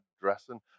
dressing